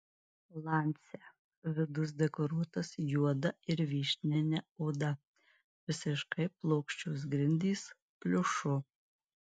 lancia vidus dekoruotas juoda ir vyšnine oda visiškai plokščios grindys pliušu